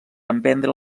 emprendre